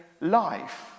life